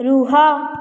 ରୁହ